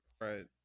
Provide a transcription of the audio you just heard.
Right